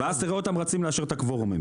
ואז תראה אותם רצים לאשר את הקוורומים,